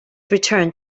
returned